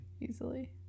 easily